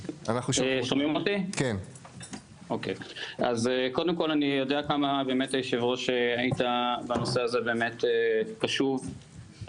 אני מקווה שעוד יבואו עוד הקבלות